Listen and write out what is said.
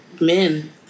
Men